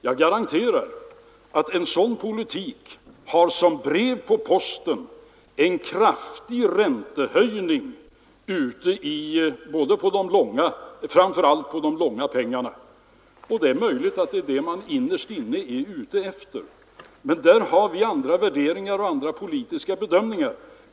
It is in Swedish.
Jag garanterar att med en sådan politik skulle som ett brev på posten komma en kraftig räntehöjning framför allt på de långa pengarna. Det är möjligt att det är detta man innerst inne är ute efter. Men där har vi andra värderingar och andra politiska bedömningar.